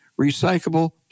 recyclable